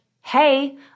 hey